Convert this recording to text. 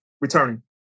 returning